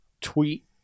tweet